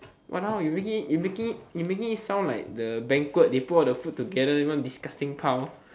you making you making you making me sound like the banquet they put all the food together into one disgusting pile